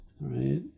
right